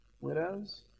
widows